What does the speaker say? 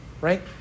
Right